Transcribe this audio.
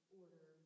order